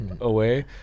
away